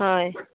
হয়